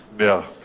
yeah.